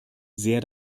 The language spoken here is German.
sehr